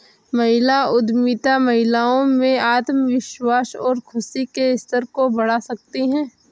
महिला उद्यमिता महिलाओं में आत्मविश्वास और खुशी के स्तर को बढ़ा सकती है